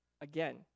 Again